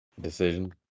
decision